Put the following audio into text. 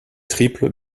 triples